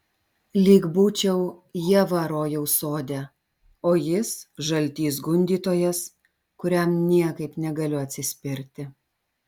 lyg būčiau ieva rojaus sode o jis žaltys gundytojas kuriam niekaip negaliu atsispirti